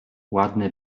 ładny